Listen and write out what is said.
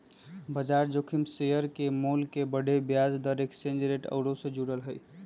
बजार जोखिम शेयर के मोल के बढ़े, ब्याज दर, एक्सचेंज रेट आउरो से जुड़ल हइ